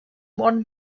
one